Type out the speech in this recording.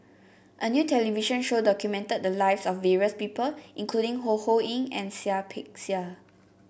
a new television show documented the lives of various people including Ho Ho Ying and Seah Peck Seah